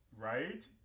Right